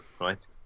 right